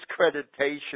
discreditation